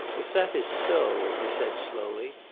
if that is so, he said slowly,